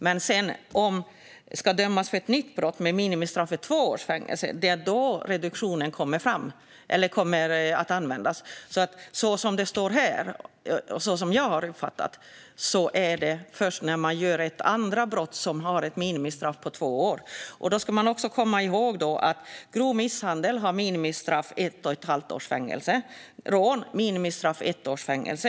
Men om man ska dömas för ett nytt brott för vilket minimistraffet är två års fängelse kommer reduktionen också att användas. Som jag har uppfattat det som står i programmet gäller avskaffandet alltså först när man begår ett andra brott för vilket minimistraffet är två. Vi ska komma ihåg att för grov misshandel är minimistraffet ett och ett halvt års fängelse. För rån är minimistraffet ett års fängelse.